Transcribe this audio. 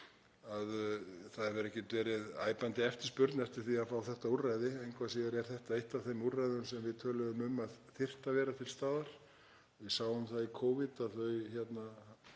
það hefur ekkert verið æpandi eftirspurn eftir því að fá þetta úrræði. Engu að síður er þetta eitt af þeim úrræðum sem við töluðum um að þyrftu að vera til staðar. Við sáum það í Covid að þau